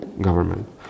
government